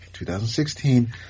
2016